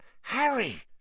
Harry